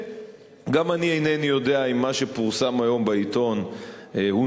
גם אני אינני יודע אם מה שפורסם היום בעיתון נכון,